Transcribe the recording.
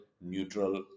neutral